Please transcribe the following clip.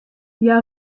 hja